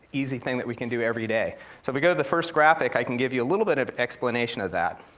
easy thing that we can do every day? so we go to the first graphic, i can give you a little bit of explanation of that.